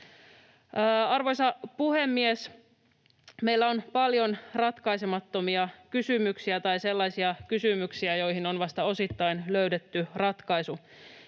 Arvoisa puhemies! Meillä on paljon ratkaisemattomia kysymyksiä tai sellaisia kysymyksiä, joihin on vasta osittain löydetty ratkaisu.